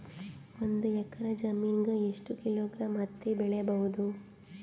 ಒಂದ್ ಎಕ್ಕರ ಜಮೀನಗ ಎಷ್ಟು ಕಿಲೋಗ್ರಾಂ ಹತ್ತಿ ಬೆಳಿ ಬಹುದು?